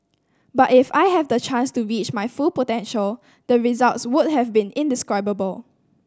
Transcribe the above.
but if I had the chance to reach my full potential the results would have been indescribable